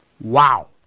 Wow